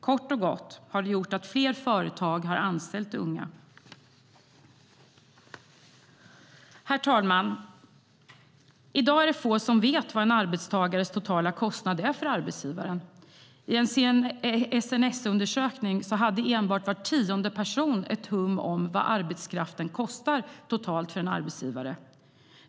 Kort och gott har det gjort att fler företag har anställt unga. Herr talman! I dag är det få som vet vad en arbetstagares totala kostnad är för arbetsgivaren. I en SNS-undersökning hade enbart var tionde person ett hum om vad arbetskraften kostar totalt för en arbetsgivare.